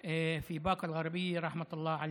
מבאקה אל-גרבייה, (אומר בערבית: רחמי האל עליהן.)